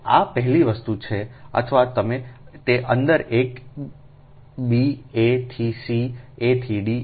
તો આ પહેલી વસ્તુ છે અથવા તમે તે અંદર એક બી a થી c a થી d